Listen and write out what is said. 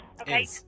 Okay